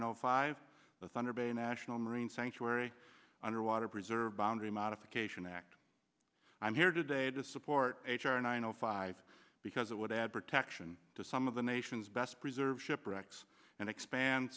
o five the thunder bay national marine sanctuary underwater preserve boundary modification act i'm here today to support h r nine o five because it would add protection to some of the nation's best preserved shipwrecks and expand